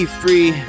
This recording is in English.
free